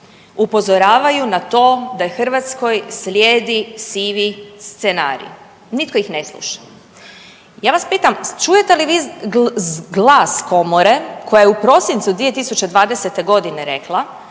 upozoravaju na to da Hrvatskoj slijedi sivi scenarij. Nitko ih ne sluša. Ja vas pitam, čujete li vi glas Komore koja je u prosincu 2020. g. rekla